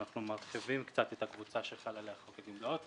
אנחנו מרחיבים קצת את הקבוצה שחל עליה חוק הגמלאות,